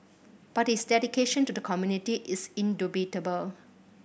but his dedication to the community is indubitable